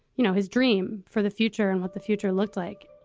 you know, his dream for the future and what the future looked like